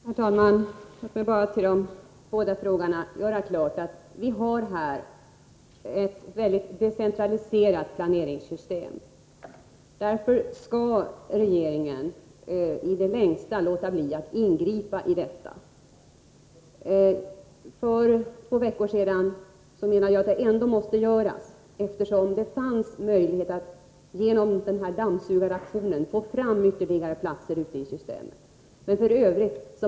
Herr talman! Låt mig för de båda frågeställarna göra klart att vi i detta sammanhang har ett mycket decentraliserat planeringssystem. Därför skall regeringen i det längsta låta bli att ingripa i detta. För två veckor sedan sade jag att regeringen ändå måste ingripa i detta fall, eftersom det fanns möjlighet att genom den här dammsugaraktionen få fram ytterligare platser ute i systemet. Men f.ö.